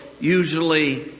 usually